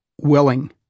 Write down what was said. willing